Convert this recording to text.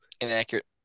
Inaccurate